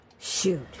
Shoot